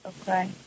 Okay